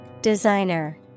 designer